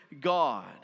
God